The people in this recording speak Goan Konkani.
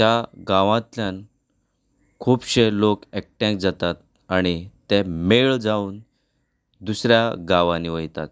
त्या गांवांतल्यान खुबशे लोक एकठांय जाता आनी ते मेळ जावून दुसऱ्या गांवांनी वयतात